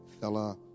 fella